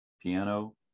piano